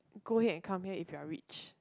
go ahead and come here if you're rich